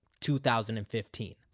2015